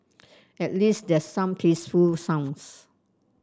at least there some tasteful sounds